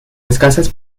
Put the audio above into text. escasas